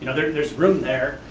and there's there's room there.